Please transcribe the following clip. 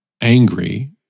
angry